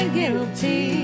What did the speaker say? guilty